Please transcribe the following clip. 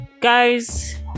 Guys